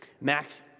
Max